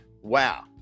wow